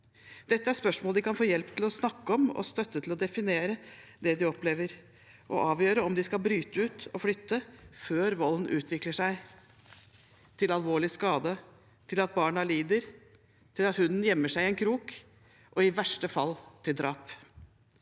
Dette er spørsmål de kan få hjelp til å snakke om, de kan få støtte til å definere det de opplever, og avgjøre om de skal bryte ut og flytte før volden utvikler seg til alvorlig skade, til at barna lider, til at hunden gjemmer seg i en krok – og i verste fall til drap.